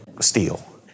steel